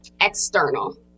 external